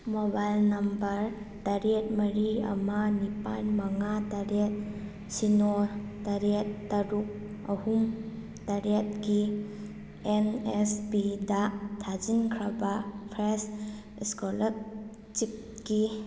mobile number ꯇꯔꯦꯠ ꯃꯔꯤ ꯑꯃ ꯅꯤꯄꯥꯜ ꯃꯉꯥ ꯇꯔꯦꯠ ꯁꯤꯅꯣ ꯇꯔꯦꯠ ꯇꯔꯨꯛ ꯑꯍꯨꯝ ꯇꯔꯦꯠꯒꯤ ꯑꯦꯟ ꯑꯦꯁ ꯄꯤꯗ ꯊꯥꯖꯤꯟꯈ꯭ꯔꯕ ꯐ꯭ꯔꯦꯁ ꯏꯁꯀꯣꯂꯔꯁꯤꯞꯀꯤ